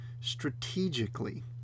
strategically